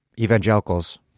Evangelicals